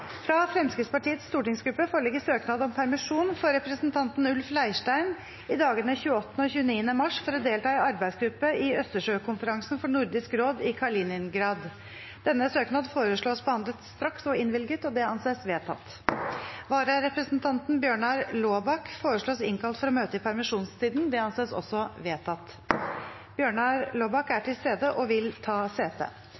Fra Fremskrittspartiets stortingsgruppe foreligger søknad om permisjon for representanten Ulf Leirstein i dagene 28. og 29. mars for å delta i arbeidsgruppe i Østersjøkonferansen for Nordisk råd i Kaliningrad. Etter forslag fra presidenten ble enstemmig besluttet: Søknadene behandles straks og innvilges. Følgende vararepresentant innkalles for å møte i permisjonstiden slik: For Østfold fylke: Bjørnar Laabak 28.–29. mars Bjørnar Laabak er